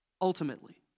Ultimately